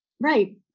Right